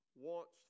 wants